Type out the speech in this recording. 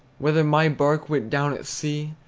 whether my bark went down at sea,